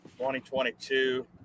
2022